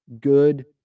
good